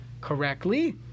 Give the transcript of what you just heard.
correctly